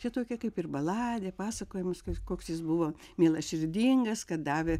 čia tokia kaip ir baladė pasakojimas kas koks jis buvo mielaširdingas kad davė